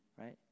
right